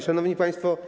Szanowni Państwo!